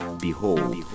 Behold